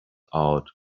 out